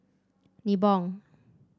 Nibong